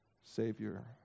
Savior